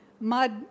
mud